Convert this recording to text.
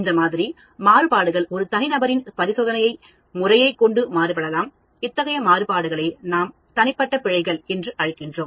இந்த மாதிரி மாறுபாடுகள் ஒரு தனிநபரின் பரிசோதனை முறையை கொண்டு மாறுபடலாம் இத்தகைய மாறுபாடுகளை நாம் தனிப்பட்ட பிழைகள் என்று அழைக்கிறோம்